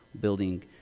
building